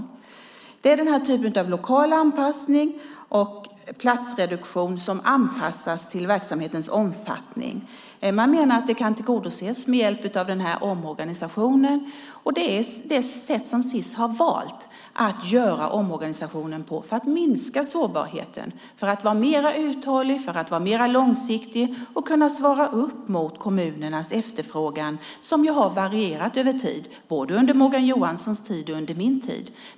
Det handlar om den här typen av lokal anpassning och platsreduktion som anpassas till verksamhetens omfattning. Man menar att det kan tillgodoses med hjälp av den här omorganisationen. Det är det sätt som Sis har valt att göra omorganisationen på för att minska sårbarheten, vara mer uthållig och långsiktig och kunna svara upp mot kommunernas efterfrågan som ju har varierat över tid. Det har den gjort både under Morgan Johanssons tid och under min tid.